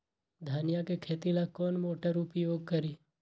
धनिया के खेती ला कौन मोटर उपयोग करी?